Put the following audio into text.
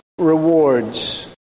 rewards